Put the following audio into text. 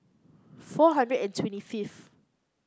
four hundred and twenty fifth